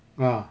ah